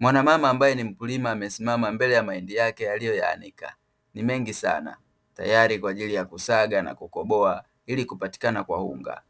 Mwanamama ambaye ni mkulima amesimama mbele ya mahindi yake aliyo yaanika, ni mengi sana tayari kwaajili ya kusaga na kukoboa ili kupatikana kwa unga,